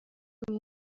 uyu